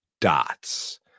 dots